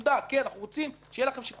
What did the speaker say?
אנחנו רוצים שיהיה לכם שיקול דעת,